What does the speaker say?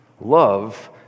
Love